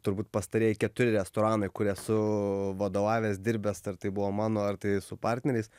turbūt pastarieji keturi restoranai kur esu vadovavęs dirbęs tai ar tai buvo mano ar tai su partneriais